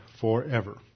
forever